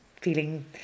feeling